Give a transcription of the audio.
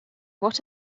what